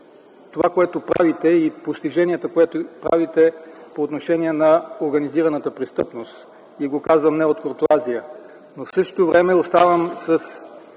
това, което правите, и постиженията, които имате по отношение на организираната престъпност. Казвам го не от куртоазия, но в същото време оставам с